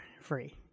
free